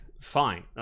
fine